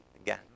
again